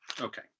Okay